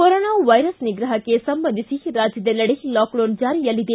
corona virus ನಿಗ್ರಹಕ್ಕೆ ಸಂಬಂಧಿಸಿ ರಾಜ್ಯದೆಲ್ಲೆಡೆ ಲಾಕ್ಡೌನ್ ಜಾರಿಯಲ್ಲಿದೆ